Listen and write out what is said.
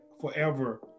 forever